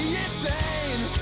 insane